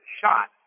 shot